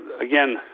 again